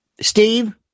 Steve